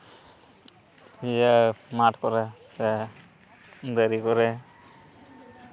ᱤᱭᱟᱹ ᱢᱟᱴᱷ ᱠᱚᱨᱮ ᱥᱮ ᱫᱟᱨᱮ ᱠᱮᱨᱮ